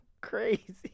crazy